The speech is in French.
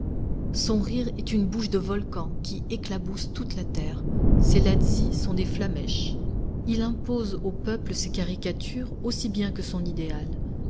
son rire est une bouche de volcan qui éclabousse toute la terre ses lazzis sont des flammèches il impose aux peuples ses caricatures aussi bien que son idéal